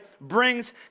brings